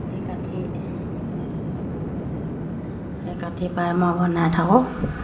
সেই কাঠি বহু বেছি সেই কাঠিৰপৰাই মই বনাই থাকোঁ